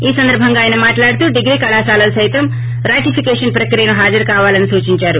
ఈ సందర్బంగా ఆయన మాట్లాడుతూ డిగ్రీ కళాశాలలు సైతం ర్యాటిఫికేషన్ ప్రక్రియకు హాజరు కావాలని సూచించారు